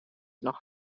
noch